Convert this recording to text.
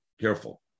careful